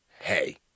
Hey